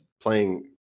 playing